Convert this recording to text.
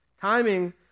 Timing